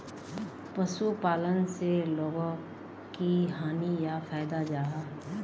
पशुपालन से लोगोक की हानि या फायदा जाहा?